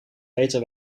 beter